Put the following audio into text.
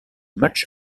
much